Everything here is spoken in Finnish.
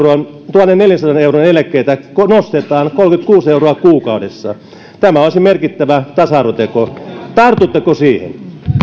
tuhannenneljänsadan euron eläkkeitä nostetaan kolmekymmentäkuusi euroa kuukaudessa tämä olisi merkittävä tasa arvoteko tartutteko siihen